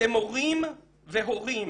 למורים והורים